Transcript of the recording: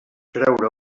creure